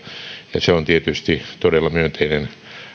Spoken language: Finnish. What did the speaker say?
ja se on tietysti todella myönteinen